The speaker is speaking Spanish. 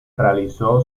realizó